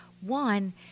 One